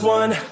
one